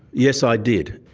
yes i did.